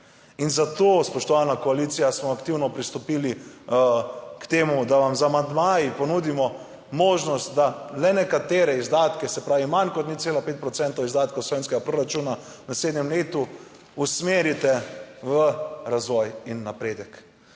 In zato, spoštovana koalicija, smo aktivno pristopili k temu, da vam z amandmaji ponudimo možnost, da le nekatere izdatke, se pravi manj kot 0,5 procentov izdatkov slovenskega proračuna v naslednjem letu usmerite v razvoj in napredek.